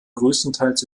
größtenteils